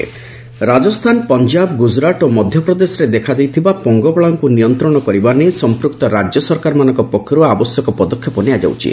locust control Rajasthan Punjab Gujarat ଓ ମଧ୍ୟପ୍ରଦେଶରେ ଦେଖାଦେଇଥିବା ପଙ୍ଗପାଳଙ୍କ ନିୟନ୍ତ୍ରଣ କରିବା ନେଇ ସମ୍ପ୍ରକ୍ତ ରାଜ୍ୟ ସରକାରମାନଙ୍କ ପକ୍ଷର୍ ଆବଶ୍ୟକ ପଦକ୍ଷେପ ନିଆଯାଉଛି